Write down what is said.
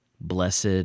blessed